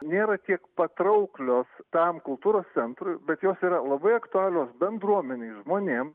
nėra tiek patrauklios tam kultūros centrui bet jos yra labai aktualios bendruomenei žmonėms